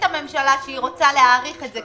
הממשלה שהיא רוצה להאריך את זה,